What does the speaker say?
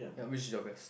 which is the best